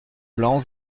blanc